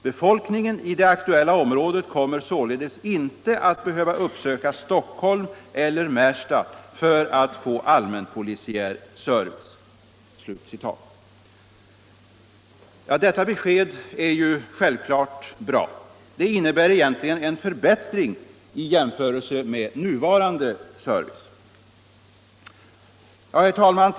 Befolkningen i det aktuella området kommer således inte att behöva uppsöka Stockholm eller Märsta för att få allmänpolisiär service.” Detta besked är naturligtvis bra. Det innebär egentligen en förbättring i jämförelse med nuvarande service. Herr talman!